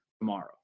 tomorrow